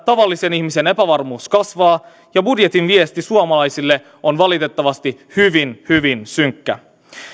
tavallisen ihmisen epävarmuus kasvaa ja budjetin viesti suomalaisille on valitettavasti hyvin hyvin synkkä